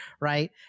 right